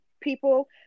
people